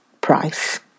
price